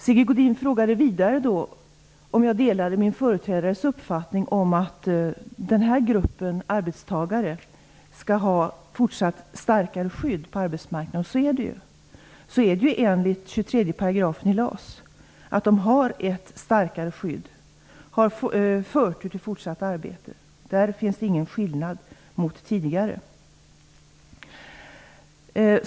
Sigge Godin frågade vidare om jag delar min företrädares uppfattning om att den här gruppen arbetstagare även i fortsättningen skall ha ett starkare skydd på arbetsmarknaden. Så är det ju. Enligt 23 § i LAS har dessa personer ett starkare skydd och förtur till fortsatt arbete. På den punkten finns ingen skillnad gentemot tidigare.